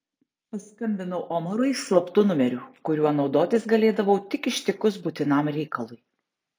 paskambinau omarui slaptu numeriu kuriuo naudotis galėdavau tik ištikus būtinam reikalui